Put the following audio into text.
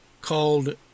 called